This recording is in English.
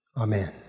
amen